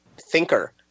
thinker